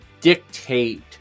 dictate